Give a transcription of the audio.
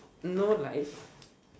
no like